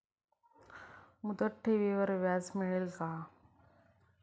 मुदत ठेवीवर व्याज मिळेल का?